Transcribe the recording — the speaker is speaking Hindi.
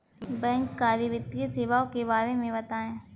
बैंककारी वित्तीय सेवाओं के बारे में बताएँ?